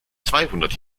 zweihundert